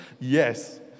yes